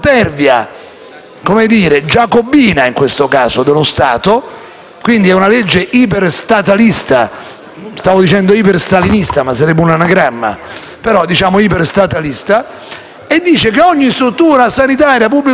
Quindi, è una legge iperstatalista0 (stavo dicendo «iperstalinista», ma sarebbe un anagramma), la quale legge dice che ogni struttura sanitaria pubblica o privata deve applicare questa cosa complicata.